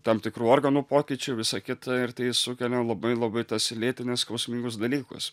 tam tikrų organų pokyčių visa kita ir tai sukelia labai labai tas lėtines skausmingus dalykus